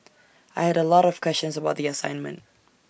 I had A lot of questions about the assignment